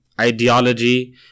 ideology